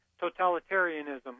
totalitarianism